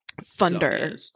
Thunder